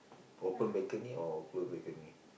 open balcony or close balcony